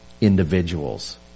individuals